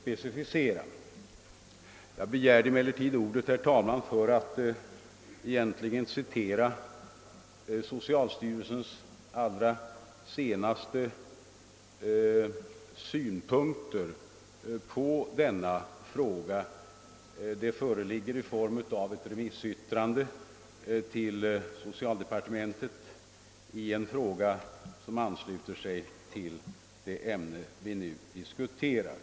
Men jag begärde egentligen ordet för att citera socialstyrelsens senast deklarerade synpunkter på denna fråga. De återfinnes i ett remissyttrande till socialdepartementet i en fråga som ansluter sig till det ämne vi nu diskuterar.